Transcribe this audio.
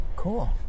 Cool